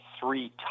three